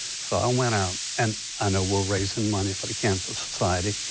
so i went out and i know we're raising money for the cancer society,